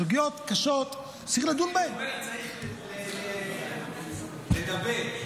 סוגיות קשות שצריך לדון בהן ------ צריך לדבר.